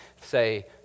say